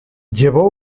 llevó